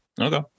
Okay